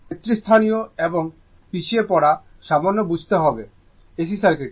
নেতৃস্থানীয় এবং পিছিয়ে পড়া সামান্য বুঝতে হবে সময় দেখুন 0035 AC সার্কিট